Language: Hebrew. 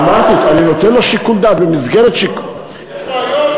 אמרתי, אני נותן לו שיקול דעת, לא, היום.